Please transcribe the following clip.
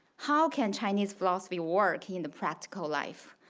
how can chinese philosophy work in the practical life?